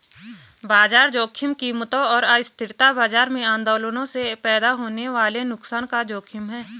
बाजार जोखिम कीमतों और अस्थिरता बाजार में आंदोलनों से पैदा होने वाले नुकसान का जोखिम है